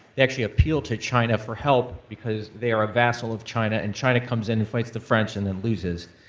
they actually appeal to china for help because they are a vassal of china, and china comes in and fights the french and then loses.